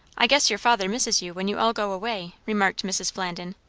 i guess your father misses you when you all go away, remarked mrs. flandin,